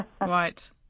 Right